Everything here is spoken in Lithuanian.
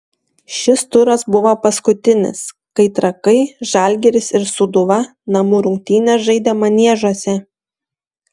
šis turas buvo paskutinis kai trakai žalgiris ir sūduva namų rungtynes žaidė maniežuose